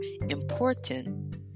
important